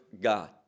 God